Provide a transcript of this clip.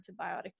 antibiotic